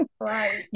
Right